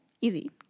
easy